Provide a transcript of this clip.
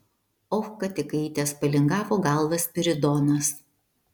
och kad įkaitęs palingavo galvą spiridonas